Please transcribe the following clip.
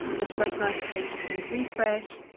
let's right mouse click and refresh.